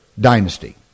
dynasty